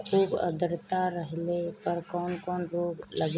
खुब आद्रता रहले पर कौन कौन रोग लागेला?